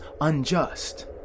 unjust